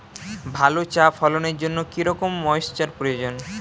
ভালো চা ফলনের জন্য কেরম ময়স্চার প্রয়োজন?